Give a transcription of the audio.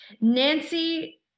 Nancy